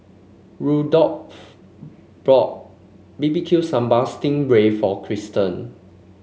rudolph bought B B Q Sambal Sting Ray for Christen